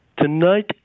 Tonight